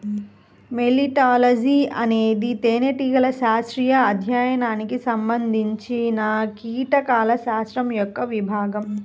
మెలిటాలజీఅనేది తేనెటీగల శాస్త్రీయ అధ్యయనానికి సంబంధించినకీటకాల శాస్త్రం యొక్క విభాగం